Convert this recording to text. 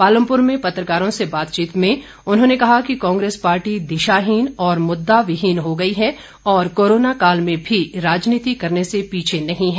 पालमपुर में पत्रकारों से बातचीत में उन्होंने कहा कि कांग्रेस पार्टी दिशाहीन और मुददाविहीन हो गई है और कोरोना काल में भी राजनीति करने से पीछे नहीं है